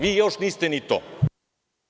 Vi još niste ni to.